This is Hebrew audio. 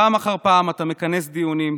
פעם אחר פעם אתה מכנס דיונים,